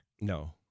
No